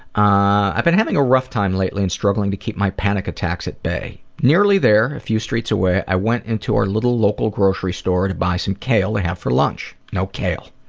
i've been having a rough time lately and struggling to keep my panic attacks at bay. nearly there, a few streets away, i went into our little local grocery store to buy some kale to have for lunch. no kale.